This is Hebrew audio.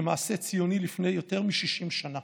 כמעשה ציוני לפני יותר מ-60 שנה.